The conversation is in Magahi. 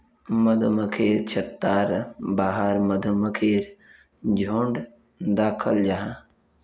मधुमक्खिर छत्तार बाहर मधुमक्खीर झुण्ड दखाल जाहा